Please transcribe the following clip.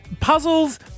puzzles